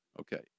okay